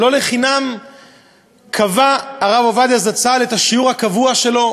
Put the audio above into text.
לא לחינם קבע הרב עובדיה זצ"ל את השיעור הקבוע שלו,